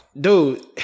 Dude